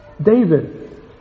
David